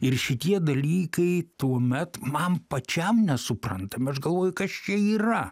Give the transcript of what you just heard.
ir šitie dalykai tuomet man pačiam nesuprantami aš galvoju kas čia yra